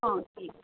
ହଁ ଠିକ୍ ଅଛି